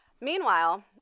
Meanwhile